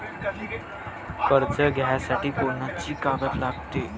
कर्ज घ्यासाठी कोनची कागद लागते?